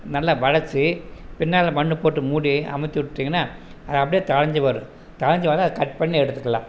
நல்லா வளைச்சி பின்னால் மண்ணை போட்டு மூடி அமுத்தி விட்டிங்கனா அது அப்படியே தழைஞ்சி வரும் தழைஞ்சி வந்தால் கட் பண்ணி எடுத்துக்கலாம்